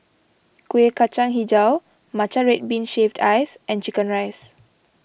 Kuih Kacang HiJau Matcha Red Bean Shaved Ice and Chicken Rice